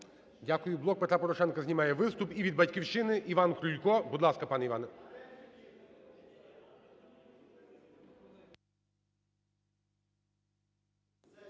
Дякую. "Блок Петра Порошенка" знімає виступ. І від "Батьківщини" Іван Крулько. Будь ласка, пане Іване.